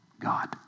God